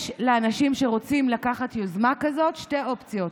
יש לאנשים שרוצים לקחת יוזמה כזאת שתי אופציות: